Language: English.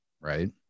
right